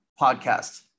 podcast